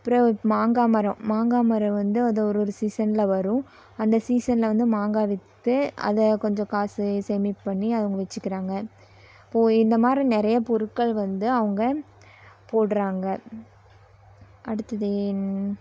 அப்றம் மாங்காய் மரம் மாங்காய் மரம் வந்து அது ஒரு ஒரு சீசனில் வரும் அந்த சீசனில் வந்து மாங்காய் விற்று அதை கொஞ்சம் காசு சேமிப்பு பண்ணி அதை அவங்க வச்சுக்கிறாங்க இப்போது இந்த மாதிரி நிறைய பொருட்கள் வந்து அவங்க போடுறாங்க அடுத்தது என்